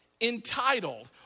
Entitled